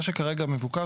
מה שכרגע מבוקש,